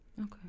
Okay